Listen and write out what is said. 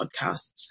Podcasts